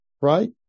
Right